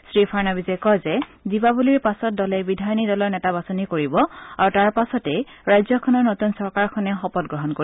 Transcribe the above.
শ্ৰীফাড়নবিছে কয় যে দীপাৱলীৰ পাছত দলে বিধায়িনী দলৰ নেতা বাছনি কৰিব আৰু তাৰ পাছতেই ৰাজ্যখনৰ নতুন চৰকাৰখনে শপতগ্ৰহণ কৰিব